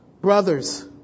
brothers